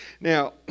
Now